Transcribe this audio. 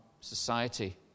society